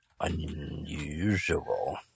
unusual